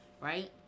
Right